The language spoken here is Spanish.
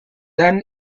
dan